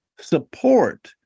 support